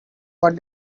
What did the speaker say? what